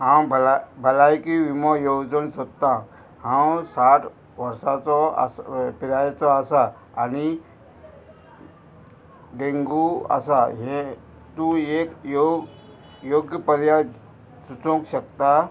हांव भलाय भलायकी विमो येवजण सोदतां हांव साठ वर्साचो आसा पिरायेचो आसा आनी डेंगू आसा हे तूं एक योग योग्य पर्याय सुचोवंक शकता